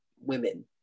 women